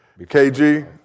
KG